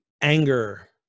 anger